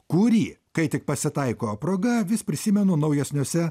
kurį kai tik pasitaiko proga vis prisimenu naujesniuose